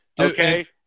okay